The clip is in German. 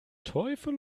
teufel